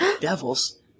devils